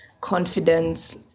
confidence